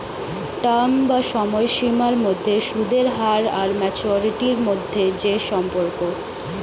term বা সময়সীমার মধ্যে সুদের হার আর ম্যাচুরিটি মধ্যে যে সম্পর্ক